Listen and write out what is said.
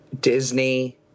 Disney